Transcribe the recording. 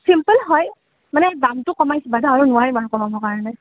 simple হয় মানে দামটো কমাইছোঁ বাইদেউ আৰু নোৱাৰিম আৰু কমাবৰ কাৰণে